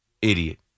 idiot